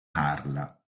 carla